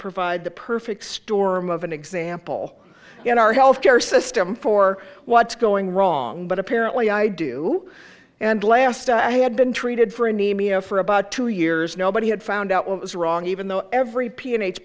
provide the perfect storm of an example in our health care system for what's going wrong but apparently i do and last i had been treated for anemia for about two years nobody had found out what was wrong even though every p